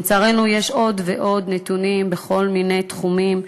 לצערנו יש עוד ועוד נתונים בכל מיני תחומים,